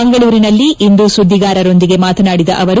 ಮಂಗಳೂರಿನಲ್ಲಿಂದು ಸುದ್ಗಿಗಾರರೊಂದಿಗೆ ಮಾತನಾಡಿದ ಅವರು